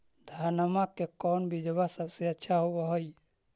धनमा के कौन बिजबा सबसे अच्छा होव है?